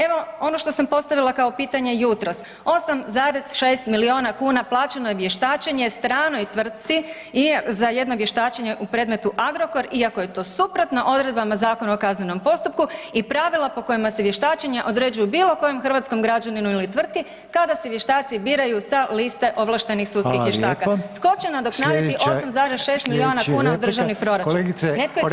Evo ono što sam postavila kao pitanje jutros, 8,6 milijuna kuna plaćeno je vještačenje stranoj tvrtci za jedno vještačenje u predmetu Agrokor iako je to suprotno odredbama Zakona o kaznenom postupku i pravila po kojima se vještačenja određuju bilo kojem hrvatskom građaninu ili tvrtki kada se vještaci biraju sa liste ovlaštenih sudskih vještaka [[Upadica: Hvala lijepo]] Tko će nadoknaditi 8,6 milijuna kuna u državni proračun? [[Upadica: Slijedeće, slijedeća replika…]] Netko iz HDZ-a?